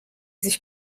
sich